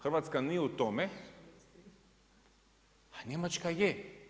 Hrvatska nije u tome, a Njemačka je.